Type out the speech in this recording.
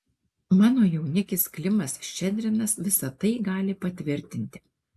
mano jaunikis klimas ščedrinas visa tai gali patvirtinti